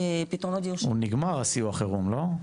הוא נגמר הסיוע חירום לא?